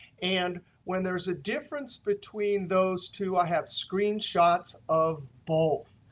and when there is a difference between those two, i have screenshots of both.